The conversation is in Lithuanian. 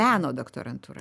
meno doktorantūra